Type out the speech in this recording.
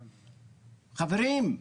חברים,